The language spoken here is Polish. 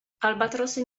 albatrosy